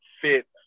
fit